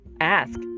ask